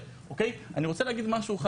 צריך למצוא את הדרכים.